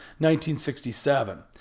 1967